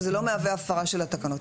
זה לא מהווה הפרה של התקנות.